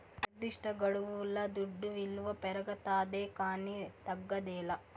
నిర్దిష్టగడువుల దుడ్డు విలువ పెరగతాదే కానీ తగ్గదేలా